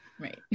right